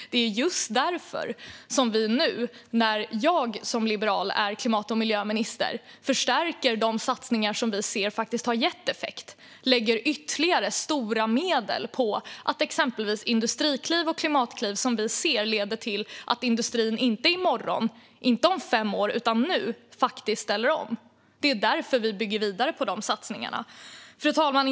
Det är just därför som vi nu, när jag som liberal är klimat och miljöminister, förstärker de satsningar som vi ser har gett effekt. Vi lägger ytterligare stora medel på exempelvis industrikliv och klimatkliv, som vi ser leder till att industrin inte i morgon, inte om fem år utan faktiskt nu ställer om. Det är därför vi bygger vidare på de satsningarna. Fru talman!